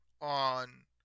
on